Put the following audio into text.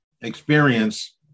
experience